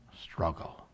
struggle